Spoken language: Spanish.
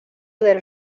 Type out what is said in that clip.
del